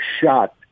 shot